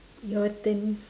your turn